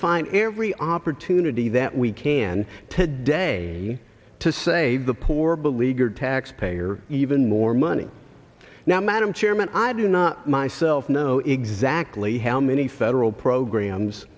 find every opportunity that we can today to save the poor beleaguered taxpayer even more money now madam chairman i do not myself know exactly how many federal programs